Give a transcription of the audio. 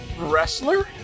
Wrestler